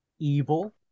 evil